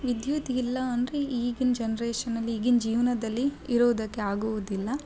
ವಿದ್ಯುತ್ ಇಲ್ಲ ಅಂದರೆ ಈಗಿನ ಜನ್ರೇಷನಲ್ಲಿ ಈಗಿನ ಜೀವನದಲ್ಲಿ ಇರೋದಕ್ಕೆ ಆಗುವುದಿಲ್ಲ